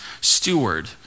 steward